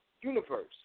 universe